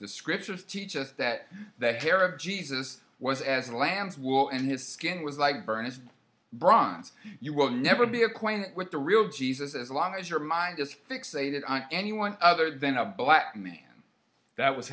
the scriptures teach us that the hair of jesus was as a lamb's wool and his skin was like burnished bronze you will never be acquainted with the real jesus as long as your mind is fixated on anyone other than a black man that w